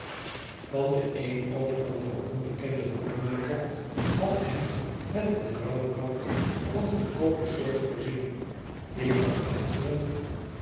van den een of anderen onbekenden hoedenmaker had hem met een rouwrand van goedkoope soort voorzien die van achteren